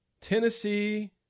Tennessee